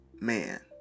man